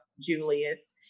Julius